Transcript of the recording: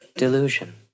delusion